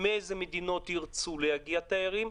מאיזה מדינות ירצו להגיע תיירים?